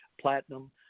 platinum